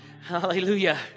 Hallelujah